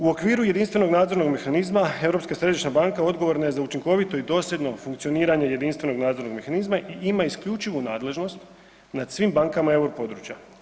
U okviru jedinstvenog nadzornog mehanizma Europska središnja banka odgovorna je za učinkovito i dosljedno funkcioniranje jedinstvenog nadzornog mehanizma i ima isključivu nadležnost nad svim bankama eu područja.